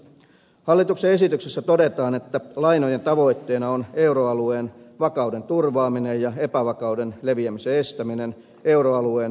hallituksen esityksessä todetaan että lainojen tavoitteena on euroalueen vakauden turvaaminen ja epävakauden leviämisen estäminen euroalueen muihin maihin